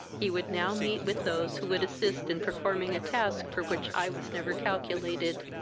he would now meet with those who would assist in performing a task for which i was never calculated.